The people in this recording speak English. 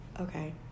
Okay